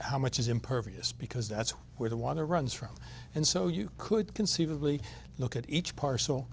how much is impervious because that's where the water runs from and so you could conceivably look at each parcel